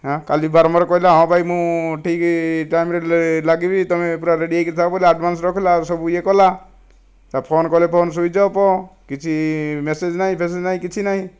କାଲି ବାରମ୍ବାର କହିଲା ହଁ ଭାଇ ମୁଁ ଠିକ ଟାଇମ୍ରେ ଲାଗିବି ତୁମେ ପୁରା ରେଡ଼ି ହୋଇକି ଥାଅ ବୋଲି ଆଡ଼ଭାନ୍ସ ରଖିଲା ସବୁ ୟେ କଲା ତାକୁ ଫୋନ କଲେ ଫୋନ ସୁଇଚ ଅଫ କିଛି ମେସେଜ ନାହିଁ ଫେଂଶେଜ ନାହିଁ କିଛି ନାହିଁ